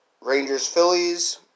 Rangers-Phillies